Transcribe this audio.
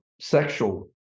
sexual